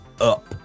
up